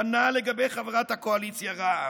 כנ"ל לגבי חברת הקואליציה רע"מ.